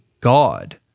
God